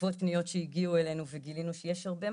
גם בעקבות פניות שהגיעו אלינו וגילינו שיש הרבה.